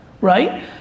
right